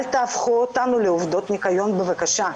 אל תהפכו אותנו לעובדות ניקיון בבקשה.